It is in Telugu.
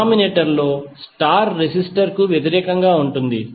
డినోమినేటర్ స్టార్ రెసిస్టర్ కు వ్యతిరేకంగా ఉంటుంది